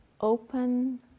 open